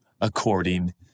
according